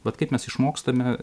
bet kaip mes išmokstame